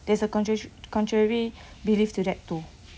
there is a conject~ contrary belief to that too